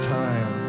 time